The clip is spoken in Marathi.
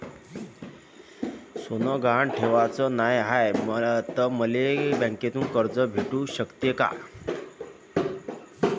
सोनं गहान ठेवाच नाही हाय, त मले बँकेतून कर्ज भेटू शकते का?